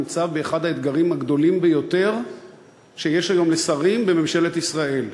נמצא באחד האתגרים הגדולים ביותר שיש היום לשרים בממשלת ישראל,